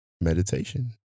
meditation